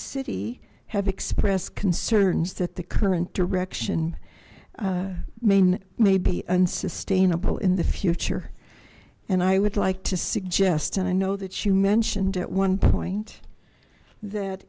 city have expressed cern's that the current direction main may be unsustainable in the future and i would like to suggest and i know that you mentioned at one point that